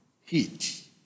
heat